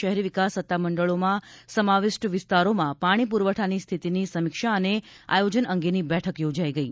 શહેરી વિકાસ સત્તામંડળોમાં સમાવિષ્ટ વિસ્તારોમાં પાણી પુરવઠાની સ્થિતિની સમીક્ષા અને આયોજન અંગેની બેઠક યોજાઇ ગઇ